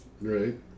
Right